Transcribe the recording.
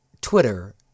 Twitter